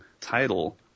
title